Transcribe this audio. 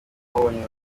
wabonye